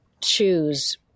choose